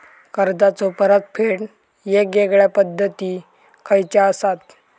कर्जाचो परतफेड येगयेगल्या पद्धती खयच्या असात?